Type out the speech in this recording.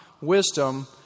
wisdom